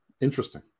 interesting